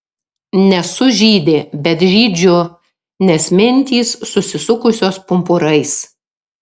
nesu žydė bet žydžiu nes mintys susisukusios pumpurais